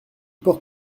port